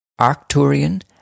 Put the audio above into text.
Arcturian